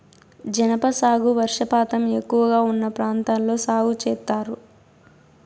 జనప సాగు వర్షపాతం ఎక్కువగా ఉన్న ప్రాంతాల్లో సాగు చేత్తారు